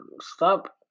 Stop